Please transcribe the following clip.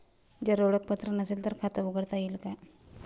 जर ओळखपत्र नसेल तर खाते उघडता येईल का?